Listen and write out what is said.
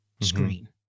screen